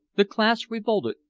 the class revolted,